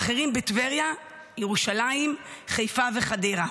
והאחרים בטבריה, ירושלים, חיפה וחדרה.